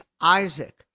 Isaac